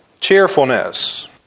cheerfulness